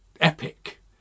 epic